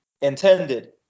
intended